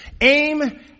Aim